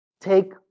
Take